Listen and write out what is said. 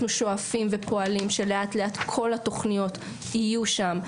אנחנו שואפים ופועלים שלאט-לאט כל התוכניות יהיו שם.